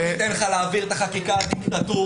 לא ניתן לך להעביר את החקיקה הדיקטטורית.